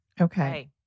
Okay